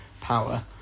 power